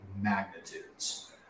magnitudes